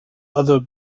other